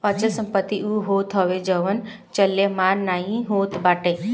अचल संपत्ति उ होत हवे जवन चलयमान नाइ होत बाटे